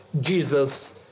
Jesus